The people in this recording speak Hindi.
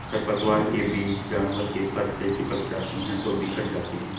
खरपतवार के बीज जानवर के फर से चिपक जाते हैं और बिखर जाते हैं